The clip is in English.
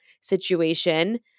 situation